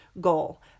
goal